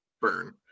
burn